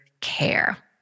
care